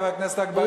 חבר הכנסת אגבאריה.